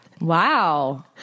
Wow